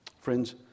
Friends